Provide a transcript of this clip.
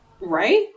Right